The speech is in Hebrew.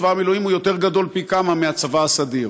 צבא המילואים גדול פי כמה מהצבא הסדיר.